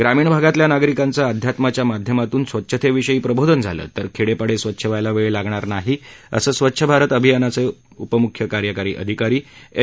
ग्रामीण भागातल्या नागरिकांचं अध्यात्माच्या माध्यमातून स्वच्छतेविषयी प्रबोधन झालं तर खेडे पाडे स्वच्छ व्हायला वेळ लागणार नाही असं स्वच्छ भारत अभियानाचे उपम्ख्य कार्यकारी अधिकारी एम